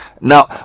Now